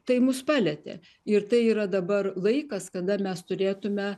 tai mus palietė ir tai yra dabar laikas kada mes turėtume